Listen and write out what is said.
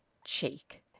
cheek!